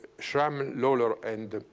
schramm, and lawler, and